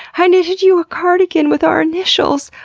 i knitted you a cardigan with our initials!